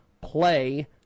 play